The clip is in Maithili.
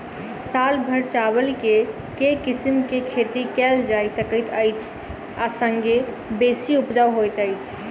साल भैर चावल केँ के किसिम केँ खेती कैल जाय सकैत अछि आ संगे बेसी उपजाउ होइत अछि?